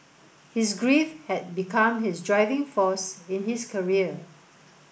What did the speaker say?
his grief had become his driving force in his career